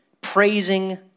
praising